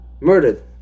murdered